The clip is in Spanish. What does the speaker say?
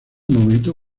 momento